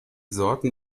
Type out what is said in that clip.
sorten